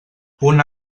una